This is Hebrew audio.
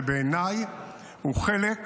שבעיניי הוא חלק